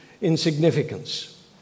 insignificance